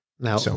Now